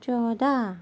چودہ